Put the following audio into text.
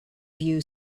view